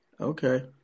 Okay